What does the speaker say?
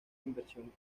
inversión